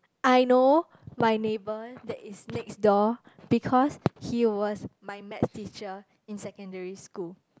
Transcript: I know my neighbor that is next door because he was my maths teacher in secondary school